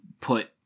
put